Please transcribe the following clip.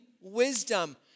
wisdom